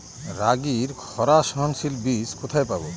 রাগির খরা সহনশীল বীজ কোথায় পাবো?